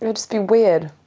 and just be weird,